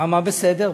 מה בסדר?